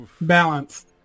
balance